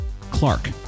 Clark